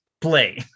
play